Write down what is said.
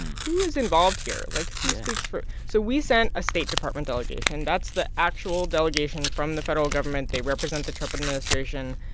who is involved here, like, speaks for so we sent a state department delegation, that's the actual delegation from the federal government. they represent the trump administration.